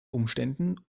umständen